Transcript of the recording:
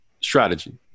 strategy